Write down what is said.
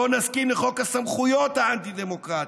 לא נסכים לחוק הסמכויות האנטי-דמוקרטי.